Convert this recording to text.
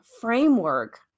framework